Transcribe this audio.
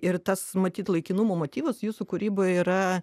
ir tas matyt laikinumo motyvas jūsų kūryboje yra